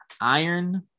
iron